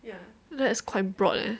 that's quite broad leh